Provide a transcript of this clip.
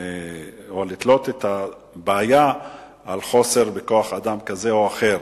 לתלות את הבעיה בחוסר כוח-אדם כזה או אחר,